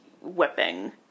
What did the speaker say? whipping